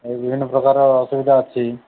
ଏହି ବିଭିନ୍ନ ପ୍ରକାରର ଅସୁବିଧା ଅଛି